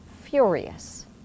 furious